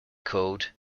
code